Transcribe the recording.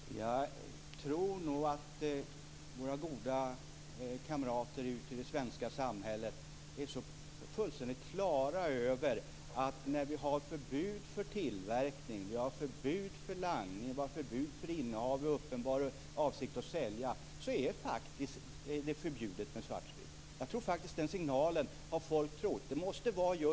Herr talman! Jag tror nog att våra goda kamrater ute i det svenska samhället är fullständigt på det klara med det. När vi har förbud mot tillverkning, när vi har förbud mot langning och när vi har förbud mot innehav i uppenbar avsikt att sälja så är det förbjudet med svartsprit. Jag tror faktiskt att folk har fått den signalen.